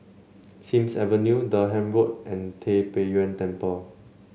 Sims Avenue Durham Road and Tai Pei Yuen Temple